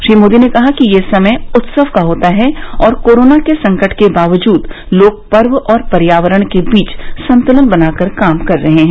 श्री मोदी ने कहा कि ये समय उत्सव का होता है और कोरोना के संकट के बावजूद लोग पर्व और पर्यावरण के बीच संतुलन बनाकर काम कर रहे हैं